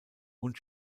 und